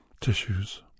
tissues